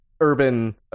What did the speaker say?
urban